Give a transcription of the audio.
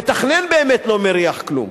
המתכנן באמת לא מריח כלום.